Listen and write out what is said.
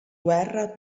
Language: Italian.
guerra